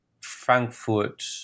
Frankfurt